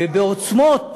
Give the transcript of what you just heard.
ובעוצמות